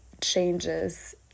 changes